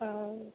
हँ